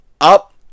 up